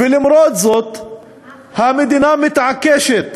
ולמרות זאת המדינה מתעקשת